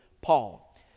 Paul